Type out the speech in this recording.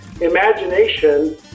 imagination